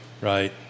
right